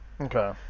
Okay